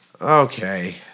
Okay